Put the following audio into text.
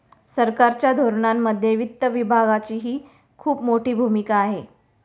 सरकारच्या धोरणांमध्ये वित्त विभागाचीही खूप मोठी भूमिका आहे